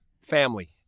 family